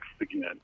again